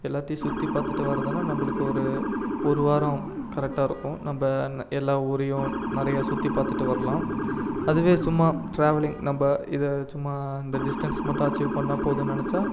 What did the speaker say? எல்லாத்தையும் சுற்றி பார்த்துட்டு வரதுன்னா நம்பளுக்கு ஒரு ஒரு வாரம் கரெக்டாக இருக்கும் நம்ப எல்லா ஊரையும் நிறையா சுற்றி பார்த்துட்டு வரலாம் அதுவே சும்மா ட்ராவலிங் நம்ப இதை சும்மா இந்த டிஸ்டன்ஸ் மட்டும் அச்சீவ் பண்ணால் போதுன்னு நினச்சா